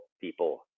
people